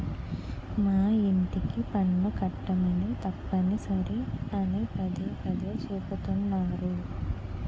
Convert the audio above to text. మా యింటికి పన్ను కట్టమని తప్పనిసరి అని పదే పదే చెబుతున్నారు